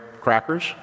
crackers